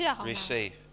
receive